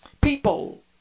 People